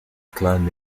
klan